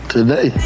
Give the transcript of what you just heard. Today